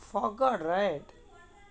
four o'clock right